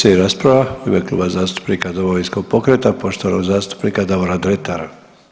Slijedi rasprava u ime Kluba zastupnica Domovinskog pokreta, poštovanog zastupnika Davora Dretara.